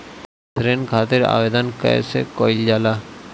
ऋण खातिर आवेदन कैसे कयील जाला?